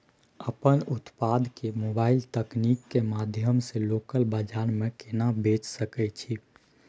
अपन उत्पाद के मोबाइल तकनीक के माध्यम से लोकल बाजार में केना बेच सकै छी?